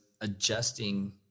adjusting